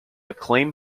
acclaim